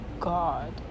God